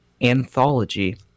anthology